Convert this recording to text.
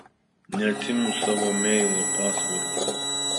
neprisimenu savo meilo pasvordo